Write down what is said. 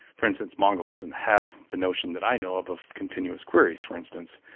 for instance, mongo doesn't have the notion that i know of of continuous queries for instance.